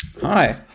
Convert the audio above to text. Hi